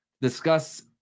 discuss